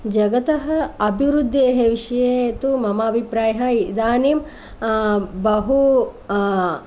जगतः अभिवृद्धेः विषये तु मम अभिप्रायः इदानीं बहु